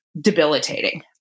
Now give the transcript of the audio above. debilitating